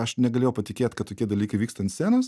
aš negalėjau patikėt kad tokie dalykai vyksta ant scenos